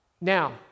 Now